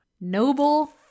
Noble